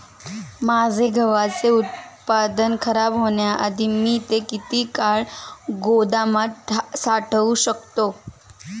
माझे गव्हाचे उत्पादन खराब होण्याआधी मी ते किती काळ गोदामात साठवू शकतो?